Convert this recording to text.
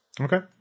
Okay